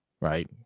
right